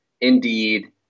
Indeed